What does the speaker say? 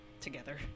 together